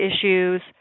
issues